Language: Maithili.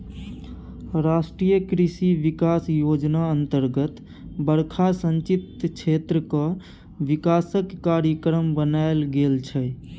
राष्ट्रीय कृषि बिकास योजना अतर्गत बरखा सिंचित क्षेत्रक बिकासक कार्यक्रम बनाएल गेल छै